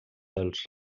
dels